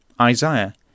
Isaiah